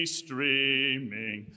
streaming